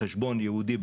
בחשבון ייעודי,